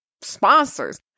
sponsors